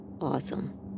Awesome